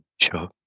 Sure